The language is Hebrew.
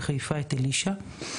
בחיפה את אלישע.